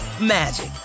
magic